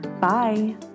Bye